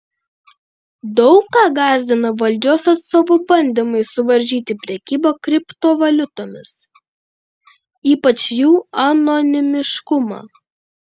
daug ką gąsdina valdžios atstovų bandymai suvaržyti prekybą kriptovaliutomis ypač jų anonimiškumą